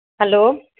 hello